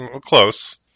Close